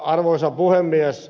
arvoisa puhemies